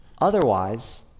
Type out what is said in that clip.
Otherwise